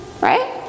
right